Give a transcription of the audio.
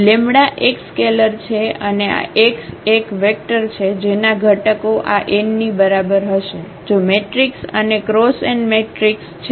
lambda એક scalar છે અને આ x એક વેક્ટર છે જેના ઘટકો આ n ની બરાબર હશે જો matrix n cross n matrix છે